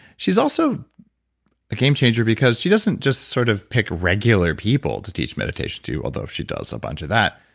she's also a game changer because she doesn't just sort of pick regular people to teach meditation to, although she does a bunch of that.